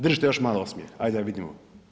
Držite još malo osmijeh, ajd da vidimo.